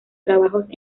trabajos